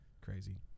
crazy